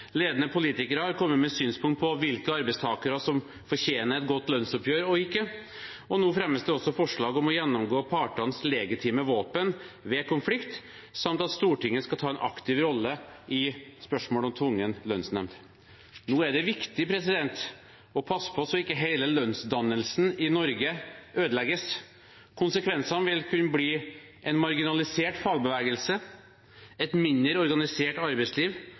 ledende politikere har kommet med synspunkter på hvilke arbeidstakere som fortjener et godt lønnsoppgjør og ikke, og nå fremmes forslag om å gjennomgå partenes legitime våpen ved konflikt, samt at Stortinget skal ta en aktiv rolle i spørsmål om tvungen lønnsnemnd. Nå er det viktig å passe på at ikke hele lønnsdannelsen i Norge ødelegges. Konsekvensene vil kunne bli en marginalisert fagbevegelse, et mindre organisert arbeidsliv,